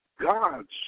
gods